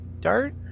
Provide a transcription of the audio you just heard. Dart